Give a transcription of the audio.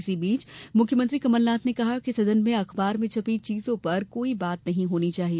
इसी बीच मुख्यमंत्री कमलनाथ ने कहा कि सदन में अखबार में छपी चीजों पर कोई बात नहीं होनी चाहिए